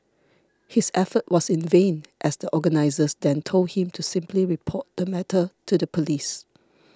his effort was in vain as the organisers then told him to simply report the matter to the police